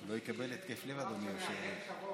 שלא יקבל התקף לב, אדוני היושב-ראש.